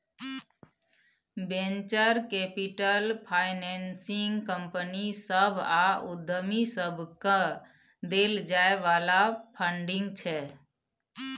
venture capital financing company सभ आ उद्यमी सबकेँ देल जाइ बला फंडिंग छै